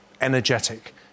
energetic